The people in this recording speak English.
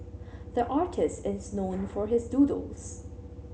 the artist is known for his doodles